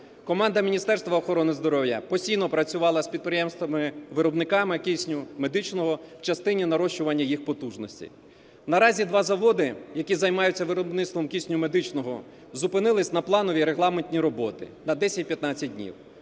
Команда Міністерства оборони здоров'я постійно працювала з підприємствами-виробниками кисню медичного в частині нарощування їх потужностей. Наразі два заводи, які займаються виробництвом кисню медичного, зупинились на планові регламентні роботи на 10-15 днів,